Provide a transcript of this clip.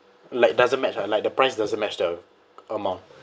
like doesn't match ah like the price doesn't match the amount